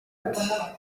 ati